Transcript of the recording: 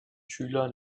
schüler